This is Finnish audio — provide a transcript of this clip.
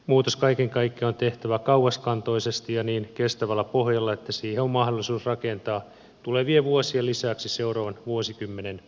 muutos kaiken kaikkiaan on tehtävä kauaskantoisesti ja niin kestävällä pohjalla että siihen on mahdollisuus rakentaa tulevien vuosien lisäksi seuraavan vuosikymmenen pohja